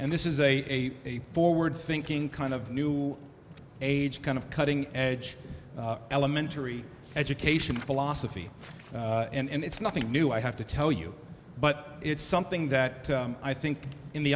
and this is a forward thinking kind of new age kind of cutting edge elementary education philosophy and it's nothing new i have to tell you but it's something that i think in the